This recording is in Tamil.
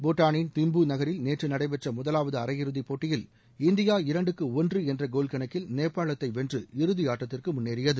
பூட்டாளின் திம்பு நகரில் நேற்று நடைபெற்ற முதலாவது அரையிறுதிப் போட்டியில் இந்தியா இரண்டுக்கு ஒன்று என்ற கோல் கணக்கில் நேபாளத்தை வென்று இறுதியாட்டத்திற்கு முன்னேறியது